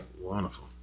Wonderful